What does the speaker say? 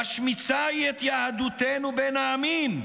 משמיצה היא את יהדותנו בין העמים,